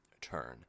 turn